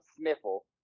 sniffle